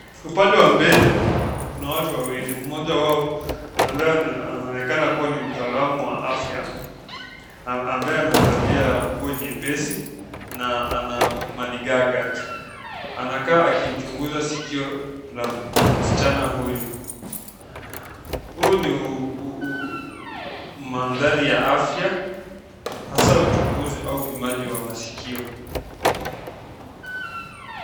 Upande wa mbele kuna watu wawili mmoja wao ambaye anaonekana kuwa ni mtaalamu wa afya ambaye amevalia nguo nyepesi na ana madigaga. Anakaa akimchunguza sikio la msichana huyu. Huu ni mandhari ya afya hasaa uchunguzi au upimaji wa maskio.